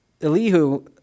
Elihu